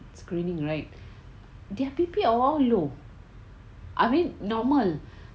screening right they are prepared awal you know I mean normal